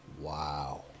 Wow